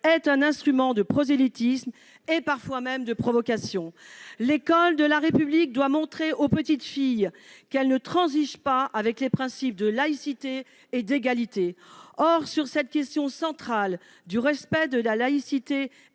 est un instrument de prosélytisme et parfois même de provocation. L'école de la République doit montrer aux petites filles qu'elle ne transige pas avec les principes de laïcité et d'égalité. Or, sur cette question centrale du respect de la laïcité